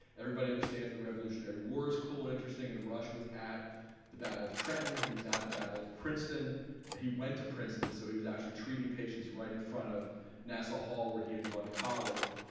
everybody understands the revolutionary war is cool and interesting and rush was at the battle of trenton. he was at the battle of princeton but he went to princeton so he was actually treating patients right in front of nassau hall where he had gone to college